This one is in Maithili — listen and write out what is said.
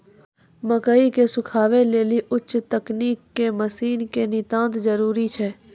मकई के सुखावे लेली उच्च तकनीक के मसीन के नितांत जरूरी छैय?